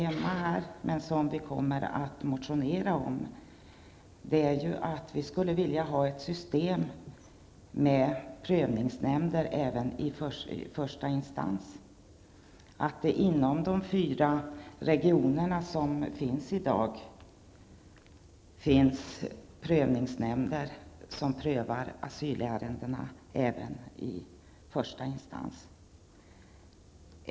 Vi tar inte upp detta i samband med den här motionen, eftersom det inte hör hemma just där, men vi kommer att ta upp frågan i en annan motion. Inom de fyra regioner som vi har i dag bör det finnas prövningsnämnder som prövar asylärendena även i första instans.